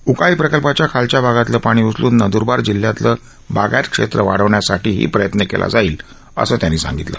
उकाई प्रकल्पाच्या खालच्या भागाते पाणी उचलून नंद्रबार जिल्ह्यातलं बागायत क्षेत्र वाढवण्यासाठीही प्रयत्न केला जाईल असं त्यांनी सांगितलं